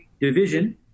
division